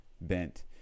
bent